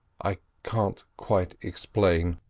i can't quite explain,